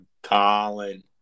Colin